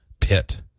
pit